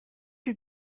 you